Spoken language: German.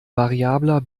variabler